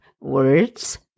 words